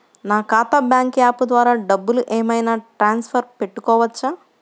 నా ఖాతా bank app ద్వారా డబ్బులు ఏమైనా ట్రాన్స్ఫర్ పెట్టుకోవచ్చా?